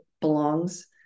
belongs